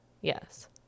Yes